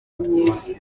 myiza